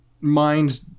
mind